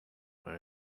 were